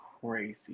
crazy